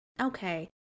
okay